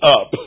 up